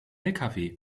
lkw